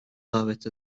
davet